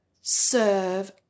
serve